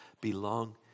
belong